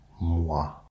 moi